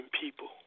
people